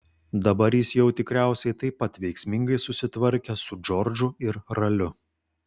dabar jis jau tikriausiai taip pat veiksmingai susitvarkė su džordžu ir raliu